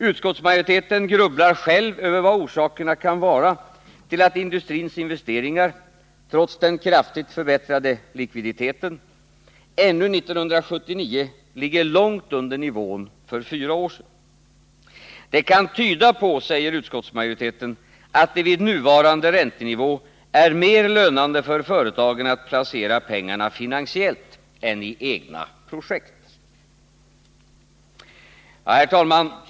Utskottsmajoriteten grubblar själv över vad orsakerna kan vara till att industrins investeringar, trots den kraftigt förbättrade likviditeten, ännu 1979 ligger långt under nivån för fyra år sedan. Det kan tyda på, säger utskottsmajoriteten, att det vid nuvarande räntenivå är mer lönande för företagen att placera pengarna finansiellt än i egna projekt. Herr talman!